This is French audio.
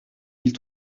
mille